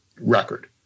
record